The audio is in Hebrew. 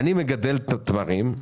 אני מגדל תמרים.